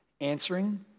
answering